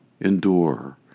endure